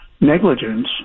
negligence